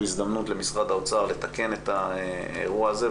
הזדמנות למשרד האוצר לתקן את האירוע הזה.